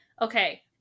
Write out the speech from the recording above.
okay